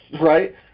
right